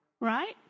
right